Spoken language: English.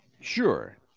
Sure